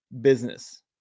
business